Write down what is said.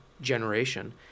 generation